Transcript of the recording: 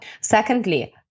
Secondly